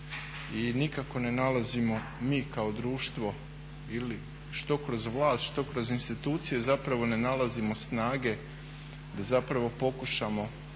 i nikako ne nalazimo mi kao društvo ili što kroz vlast, što kroz institucije zapravo ne nalazimo snage da zapravo pokušamo